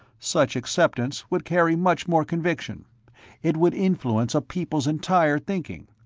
such acceptance would carry much more conviction it would influence a people's entire thinking.